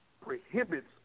prohibits